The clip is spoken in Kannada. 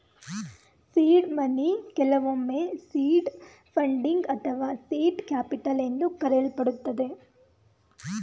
ಸೀಡ್ ಮನಿ ಕೆಲವೊಮ್ಮೆ ಸೀಡ್ ಫಂಡಿಂಗ್ ಅಥವಾ ಸೀಟ್ ಕ್ಯಾಪಿಟಲ್ ಎಂದು ಕರೆಯಲ್ಪಡುತ್ತದೆ